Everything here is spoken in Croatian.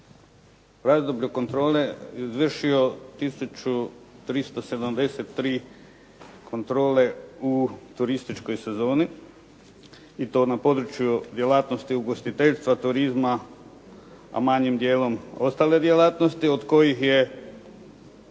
razdoblju kontrole izvršio 1373 kontrole u turističkoj sezoni i to na području djelatnosti ugostiteljstva, turizma a manjim dijelom ostale djelatnosti od kojih je